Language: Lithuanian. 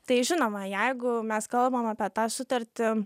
tai žinoma jeigu mes kalbam apie tą sutartį